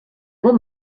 bon